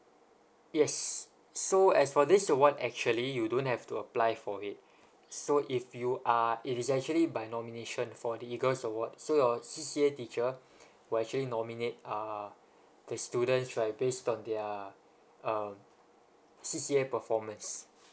yes so as for this award actually you don't have to apply for it so if you are it is actually by nomination for the EAGLES award so your C_C_A teacher will actually nominate uh the students right based on their um C_C_A performance